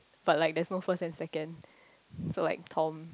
but like there's no first and second so like Tom